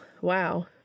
wow